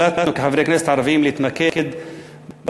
החלטנו כחברי כנסת ערבים להתמקד בהצעת